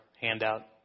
handout